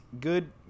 good